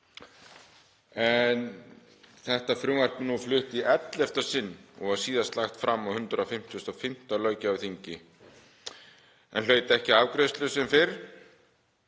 Þetta frumvarp er nú flutt í 11. sinn og var síðast lagt fram á 155. löggjafarþingi en hlaut ekki afgreiðslu sem fyrr.